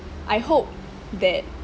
I hope that